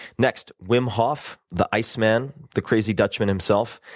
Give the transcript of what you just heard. next, wim hoff, the iceman, the crazy dutchman himself.